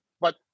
But-